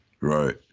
Right